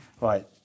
Right